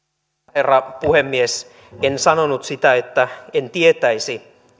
herra puhemies en sanonut sitä että en tietäisi